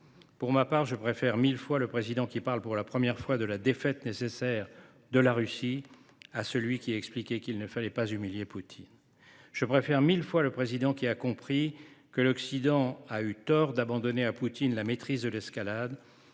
Pour ma part, je préfère mille fois le Président de la République qui parle pour la première fois de la défaite nécessaire de la Russie à celui qui expliquait qu’il ne fallait pas humilier Poutine. Je préfère mille fois le Président de la République qui a compris que l’Occident a eu tort d’abandonner à Poutine la maîtrise de l’escalade,